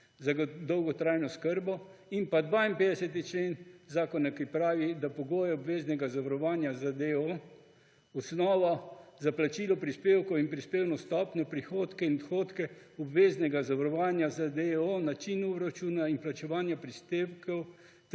za dolgotrajno oskrbo (DO), ter 52. člen zakona, ki pravi, da pogoje obveznega zavarovanja za DO, osnovo za plačilo prispevkov in prispevno stopnjo, prihodke in odhodke obveznega zavarovanja za DO, način obračuna in plačevanja prispevkov